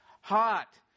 Hot